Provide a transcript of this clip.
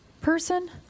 person